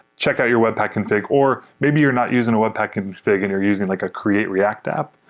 check out your webpack config, or maybe you're not using a webpack config and you're using like a create react app.